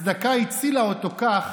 הצדקה הצילה אותו כך,